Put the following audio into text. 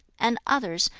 and others,